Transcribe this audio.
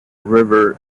river